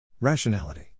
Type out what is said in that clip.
Rationality